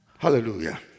Hallelujah